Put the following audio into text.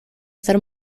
ser